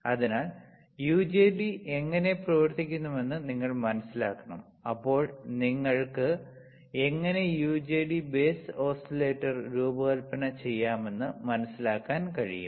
അതിനാൽ യുജെടി എങ്ങനെ പ്രവർത്തിക്കുന്നുവെന്ന് നിങ്ങൾ മനസിലാക്കണം അപ്പോൾ നിങ്ങൾക്ക് എങ്ങനെ യുജെടി ബേസ് ഓസിലേറ്റർ രൂപകൽപ്പന ചെയ്യാമെന്ന് മനസിലാക്കാൻ കഴിയും